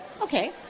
Okay